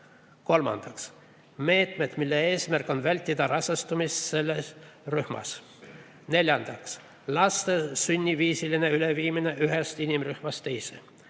Kolmandaks, meetmed, mille eesmärk on vältida rasestumist selles rühmas. Neljandaks, laste sunniviisiline üleviimine ühest inimrühmast teise.